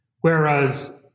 Whereas